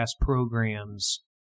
programs